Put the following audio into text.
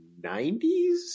90s